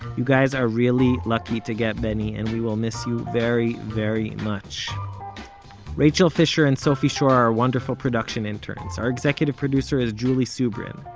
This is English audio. you guys are lucky to get benny, and we will miss you, very very much rachel fisher and sophie schor are our wonderful production interns. our executive producer is julie subrin.